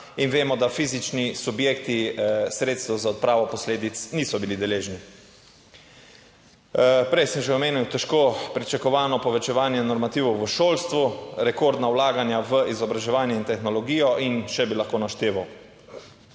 in vemo, da fizični subjekti sredstev za odpravo posledic niso bili deležni. Prej sem že omenil težko pričakovano povečevanje normativov v šolstvu, rekordna vlaganja v izobraževanje in tehnologijo in še bi lahko našteval.